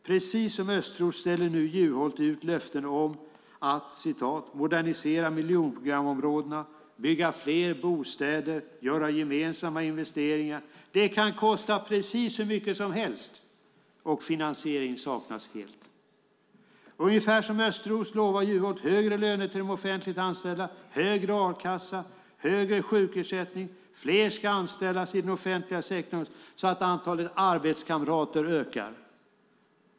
Precis som Östros ställer nu Juholt ut löften om att modernisera miljonprogramsområdena, bygga fler bostäder och göra gemensamma investeringar. Det kan kosta precis hur mycket som helst, och finansiering saknas helt. Ungefär som Östros lovar Juholt högre löner till de offentligt anställda, högre a-kassa och högre sjukersättning. Fler ska anställas i den offentliga sektorn så att antalet arbetskamrater ökar.